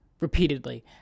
repeatedly